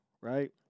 Right